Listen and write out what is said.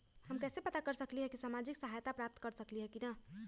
हम कैसे पता कर सकली ह की हम सामाजिक सहायता प्राप्त कर सकली ह की न?